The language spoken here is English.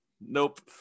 Nope